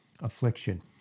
affliction